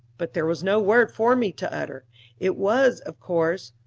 but there was no word for me to utter it was, of course,